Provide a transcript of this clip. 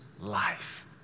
life